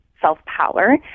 self-power